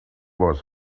was